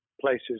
places